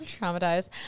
Traumatized